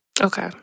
Okay